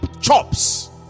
chops